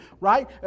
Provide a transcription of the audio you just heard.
right